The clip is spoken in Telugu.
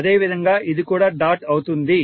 అదేవిధంగా ఇది కూడా డాట్ అవుతుంది